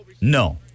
no